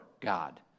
God